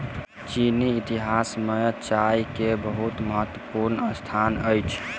चीनी इतिहास में चाह के बहुत महत्वपूर्ण स्थान अछि